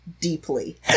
deeply